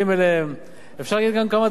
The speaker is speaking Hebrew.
אפשר להגיד גם כמה דברים טובים על הממשלה,